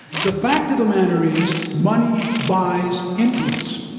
the fact of the matter is, money buys influence.